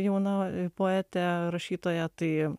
jauna poetė rašytoja tai